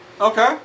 Okay